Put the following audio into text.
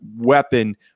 weapon